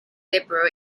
liberal